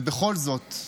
ובכל זאת,